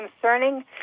concerning